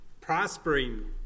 prospering